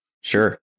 Sure